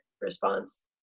response